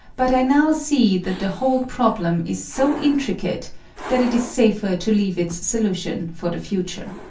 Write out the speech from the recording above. but i now see that the whole problem is so intricate that it is safer to leave its solution for the future.